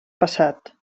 passat